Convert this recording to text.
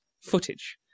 footage